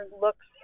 looks